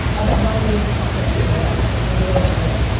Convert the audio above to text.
i've got nine years a content on the internet now. maybe a little bit more.